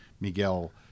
Miguel